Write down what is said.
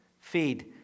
feed